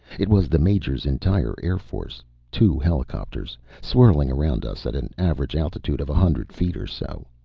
it was the major's entire air force two helicopters, swirling around us at an average altitude of a hundred feet or so.